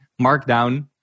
Markdown